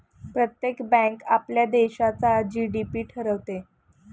प्रत्येक बँक आपल्या देशाचा जी.डी.पी ठरवते